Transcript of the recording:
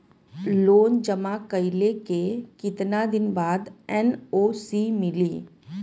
Loan जमा कइले के कितना दिन बाद एन.ओ.सी मिली?